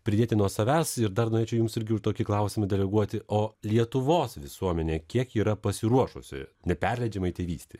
pridėti nuo savęs ir dar norėčiau jums irgi už tokį klausimą deleguoti o lietuvos visuomenė kiek yra pasiruošusi neperleidžiamai tėvystei